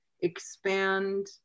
expand